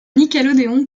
nickelodeon